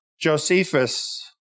Josephus